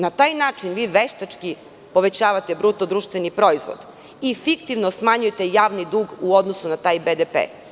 Na taj način vi veštački povećavate bruto društveni proizvod i fiktivno smanjujete javni dug u odnosu na taj BDP.